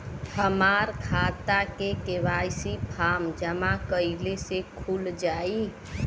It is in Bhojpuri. हमार खाता के.वाइ.सी फार्म जमा कइले से खुल जाई?